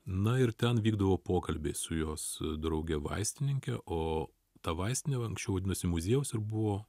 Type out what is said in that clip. na ir ten vykdavo pokalbiai su jos drauge vaistininke o ta vaistinė anksčiau vadinosi muziejaus ir buvo